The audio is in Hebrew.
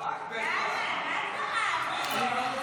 --- אני מדברת עם עמית.